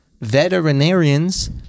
Veterinarians